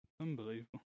Unbelievable